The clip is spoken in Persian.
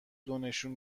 دونشون